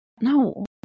No